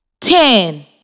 Ten